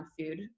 food